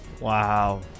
Wow